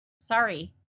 Sorry